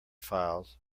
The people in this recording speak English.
files